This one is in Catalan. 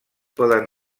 poden